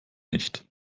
nicht